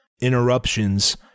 interruptions